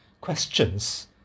questions